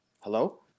Hello